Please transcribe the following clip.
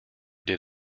did